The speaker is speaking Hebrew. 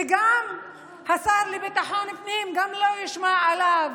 וגם השר לביטחון פנים לא ישמע עליו.